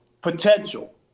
potential